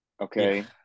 Okay